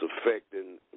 affecting